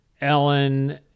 Ellen